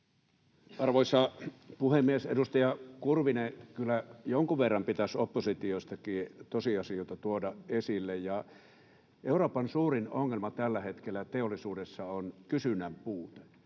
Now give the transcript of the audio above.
Arvoisa puhemies! Edustaja Kurvinen, kyllä jonkun verran pitäisi oppositiostakin tosiasioita tuoda esille. Euroopan suurin ongelma tällä hetkellä teollisuudessa on kysynnän puute.